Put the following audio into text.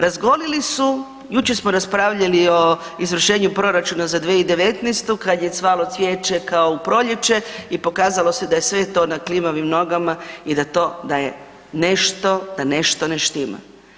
Razgolili su, jučer smo raspravljali o izvršenju proračuna za 2019. kad je cvalo cvijeće kao u proljeće i pokazalo se da je sve to na klimavim nogama i da to da je nešto, da nešto ne štima.